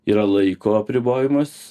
yra laiko apribojimas